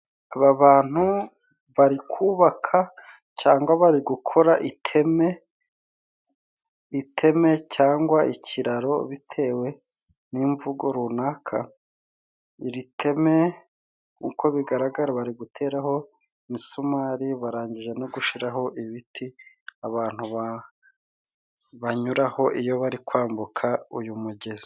Aba bantu bari kubaka cangwa bari gukora iteme, iteme cyangwa ikiraro bitewe n'imvugo runaka. Iri teme uko bigaragara bari guteraho imisumari, barangije no gushiraho ibiti abantu banyuraho iyo bari kwambuka uyu mugezi.